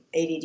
add